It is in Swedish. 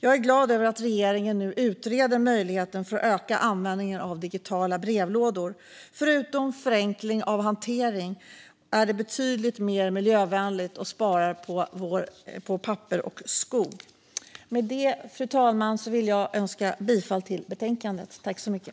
Jag är glad över att regeringen nu utreder möjligheten att öka användningen av digitala brevlådor. Förutom att det förenklar hanteringen är det betydligt mer miljövänligt och sparar både papper och skog. Med det, fru talman, yrkar jag bifall till förslaget i betänkandet.